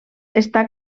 està